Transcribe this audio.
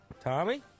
Tommy